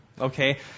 okay